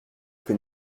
que